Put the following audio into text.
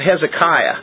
Hezekiah